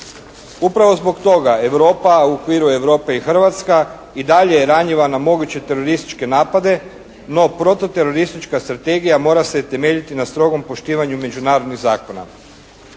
Upravo zbog toga Europa, a u okviru Europe i Hrvatska i dalje je ranjiva na moguće terorističke napade, no protuteroristička strategija mora se temeljiti na strogom poštivanju međunarodnih zakona.